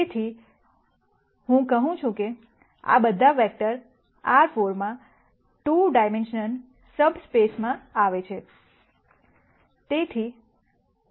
તેથી હું કહું છું કે આ બધા વેક્ટર R 4 માં 2 ડાઈમેન્શનલ સબ સ્પેસમાં આવે છે